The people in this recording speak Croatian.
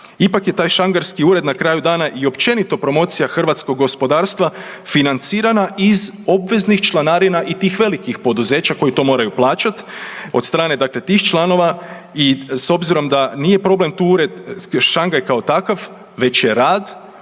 Ipak je taj šangerski ured na kraju dana i općenito promocija hrvatskog gospodarstva financirana iz obveznih članarina i tih velikih poduzeća koji to moraju plaćat od strane tih članova. I s obzirom da nije problem tu ured Šangaj kao takav već je rad,